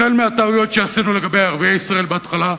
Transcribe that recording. החל מהטעויות שעשינו לגבי ערביי ישראל בהתחלה.